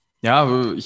Ja